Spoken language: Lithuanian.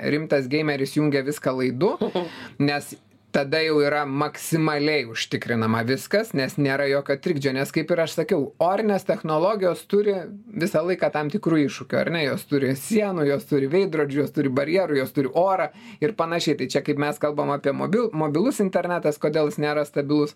rimtas geimeris jungia viską laidu nes tada jau yra maksimaliai užtikrinama viskas nes nėra jokio trikdžio nes kaip ir aš sakiau orinės technologijos turi visą laiką tam tikrų iššūkių ar ne jos turi sienų jos turi veidrodžių turi barjerų jos turi orą ir panašiai tai čia kaip mes kalbam apie mobil mobilus internetas kodėl jis nėra stabilus